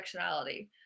intersectionality